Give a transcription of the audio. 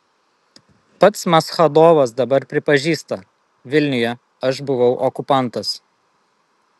pats maschadovas dabar pripažįsta vilniuje aš buvau okupantas